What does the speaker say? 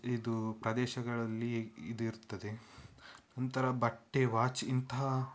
ಇದು ಪ್ರದೇಶಗಳಲ್ಲಿ ಇದು ಇರ್ತದೆ ನಂತರ ಬಟ್ಟೆ ವಾಚ್ ಇಂತಹ